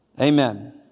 Amen